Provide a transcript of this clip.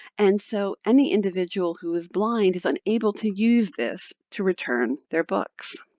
and so any individual who is blind is unable to use this to return their books.